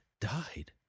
died